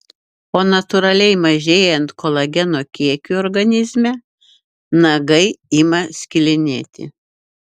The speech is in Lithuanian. o natūraliai mažėjant kolageno kiekiui organizme nagai ima skilinėti